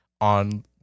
on